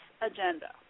agenda